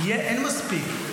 אין מספיק.